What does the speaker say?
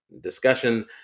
discussion